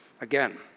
Again